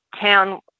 town